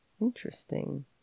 Interesting